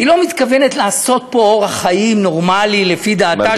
היא לא מתכוונת לעשות פה אורח חיים נורמלי לפי דעתה,